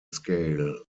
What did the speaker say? scale